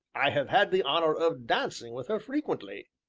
i have had the honor of dancing with her frequently,